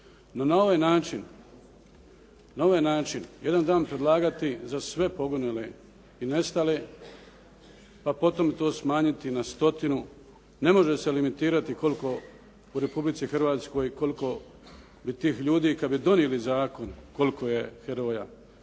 živote. No, na ovaj način jedan dan predlagati za sve poginule i nestale pa potom to smanjiti na stotinu, ne može se limitirati koliko u Republici Hrvatskoj koliko je tih ljudi i kad bi donijeli zakon koliko je heroja,